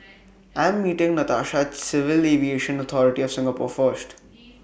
I Am meeting Natasha At Civil Aviation Authority of Singapore First